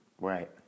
Right